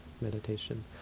meditation